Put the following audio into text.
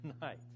tonight